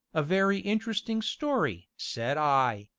a very interesting story! said i.